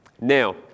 Now